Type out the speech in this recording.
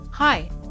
Hi